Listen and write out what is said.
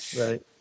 Right